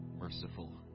merciful